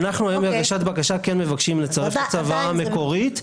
בהגשת הבקשה אנחנו כן מבקשים היום לצרף את הצוואה המקורית,